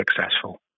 successful